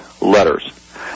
letters